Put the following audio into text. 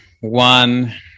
one